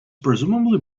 presumably